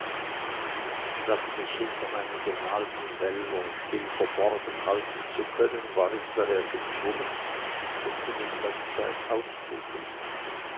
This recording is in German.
statt mich hinter meinen gemalten wäldern still verborgen halten zu können war ich daher gezwungen um die mittagszeit auszugehen